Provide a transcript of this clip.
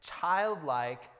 childlike